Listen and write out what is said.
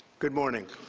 good morning.